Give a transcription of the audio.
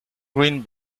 green